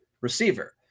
receiver